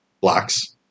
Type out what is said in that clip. Blocks